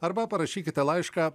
arba parašykite laišką